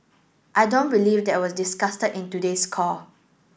I don't believe that was in today's call